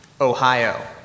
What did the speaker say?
Ohio